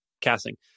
casting